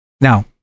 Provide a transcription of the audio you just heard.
now